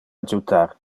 adjutar